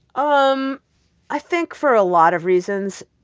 um i think for a lot of reasons,